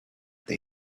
they